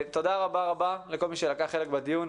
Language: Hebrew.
תודה רבה לכל מי שלקח חלק בדיון.